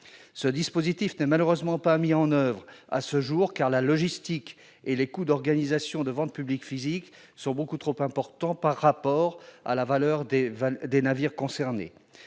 Ce dispositif n'est malheureusement pas mis en oeuvre à ce jour, car la logistique et les coûts d'organisation de ventes publiques physiques sont beaucoup trop importants par rapport à la valeur des navires concernés.